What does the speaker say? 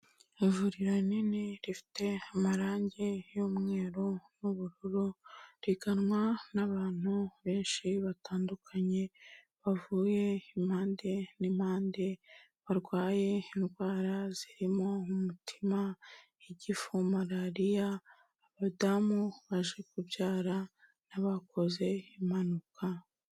Ivuriro rinini rifite amarangi y'umweru n'ubururu, riganwa n'abantu benshi batandukanye bavuye impande n'impande, barwaye indwara zirimo umutima, igifu, malariya abadamu baje kubyara n'abakoze impanuka.